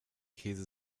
käse